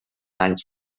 anys